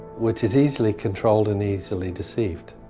which is easily controlled and easily deceived.